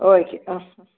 okay ஆ ஆ